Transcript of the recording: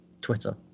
Twitter